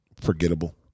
forgettable